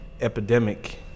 epidemic